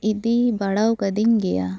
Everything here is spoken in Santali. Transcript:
ᱤᱫᱤ ᱵᱟᱲᱟ ᱟᱠᱟᱫᱤᱧ ᱜᱮᱭᱟ